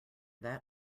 that